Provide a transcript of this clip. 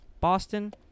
Boston